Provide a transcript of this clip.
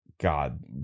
God